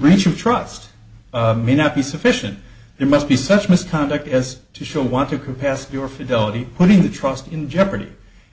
breach of trust may not be sufficient it must be such misconduct as to show want to capacity or fidelity putting the trust in jeopardy